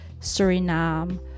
Suriname